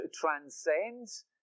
transcends